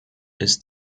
ist